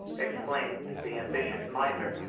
exclaimed the ambitious miser,